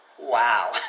Wow